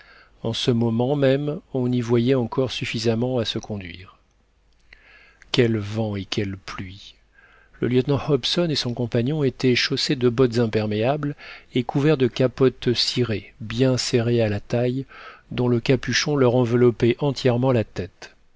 en ce moment même on y voyait encore suffisamment à se conduire quel vent et quelle pluie le lieutenant hobson et son compagnon étaient chaussés de bottes imperméables et couverts de capotes cirées bien serrées à la taille dont le capuchon leur enveloppait entièrement la tête